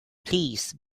please